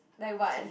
like what